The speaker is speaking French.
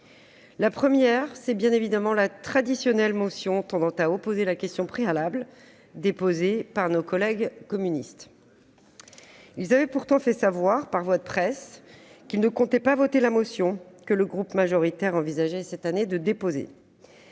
La première, c'est bien évidemment la traditionnelle motion tendant à opposer la question préalable, déposée par nos collègues communistes. Ils avaient pourtant fait savoir, par voie de presse, qu'ils ne comptaient pas voter la motion que le groupe majoritaire envisageait cette année de déposer.